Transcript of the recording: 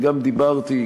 וגם דיברתי,